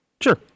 Sure